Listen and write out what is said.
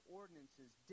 ordinances